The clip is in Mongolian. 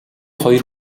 хоёр